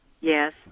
Yes